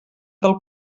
del